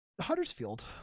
Huddersfield